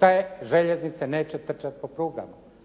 te željeznice neće trčati po prugama,